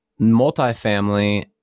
multifamily